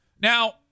Now